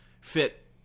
Fit